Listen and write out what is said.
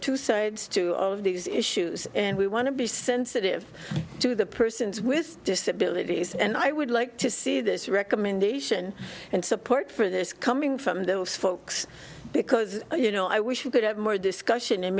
two sides to all of these issues and we want to be sensitive to the persons with disabilities and i would like to see this recommendation and support for this coming from those folks because you know i wish we could have more discussion and